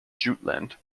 jutland